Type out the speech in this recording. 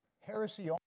Heresy